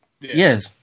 Yes